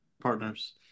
partners